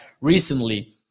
recently